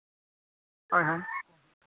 ᱦᱳᱭ ᱦᱳᱭ